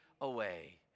away